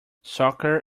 soccer